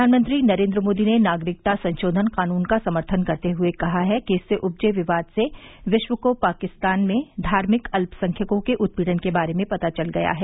प्रधानमंत्री नरेन्द्र मोदी ने नागरिकता संशोधन कानून का समर्थन करते हुए कहा है कि इससे उपजे विवाद से विश्व को पाकिस्तान में धार्मिक अल्पसंख्यकों के उत्पीड़न के बारे में पता चल गया है